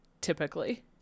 typically